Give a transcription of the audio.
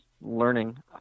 learning